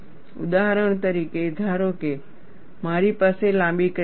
ઉદાહરણ તરીકે ધારો કે મારી પાસે લાંબી ક્રેક છે